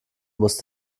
muss